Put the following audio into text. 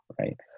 right